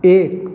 एक